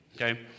Okay